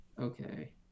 okay